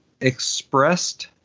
expressed